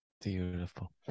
Beautiful